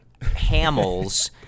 Hamels